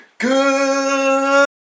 Good